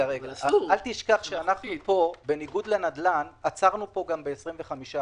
אל תשכח שאנחנו פה, בניגוד לנדל"ן, עצרנו ב-25%.